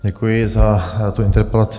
Děkuji za tu interpelaci.